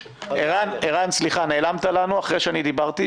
ערן, סליחה, נעלמת לנו אחרי שאני דיברתי.